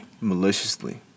Maliciously